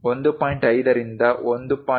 5 ರಿಂದ 1